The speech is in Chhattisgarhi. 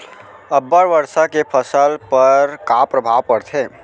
अब्बड़ वर्षा के फसल पर का प्रभाव परथे?